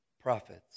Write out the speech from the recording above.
prophets